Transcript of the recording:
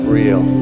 real